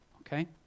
Okay